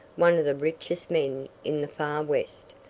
one of the richest men in the far west.